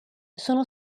sono